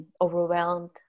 overwhelmed